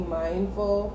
mindful